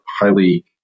highly